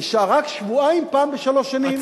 נשאר רק שבועיים אחת לשלוש שנים,